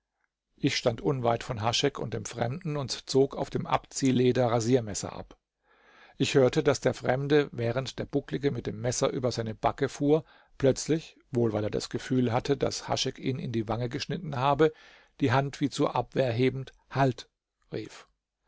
ich stand unweit von haschek und dem fremden und zog auf dem abziehleder rasiermesser ab ich hörte daß der fremde während der bucklige mit dem messer über seine backe fuhr plötzlich wohl weil er das gefühl hatte daß haschek ihn in die wange geschnitten habe die hand wie zur abwehr hebend halt rief